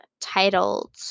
titled